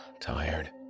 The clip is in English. Tired